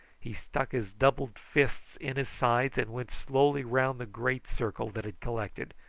he stuck his doubled fists in his sides and went slowly round the great circle that had collected,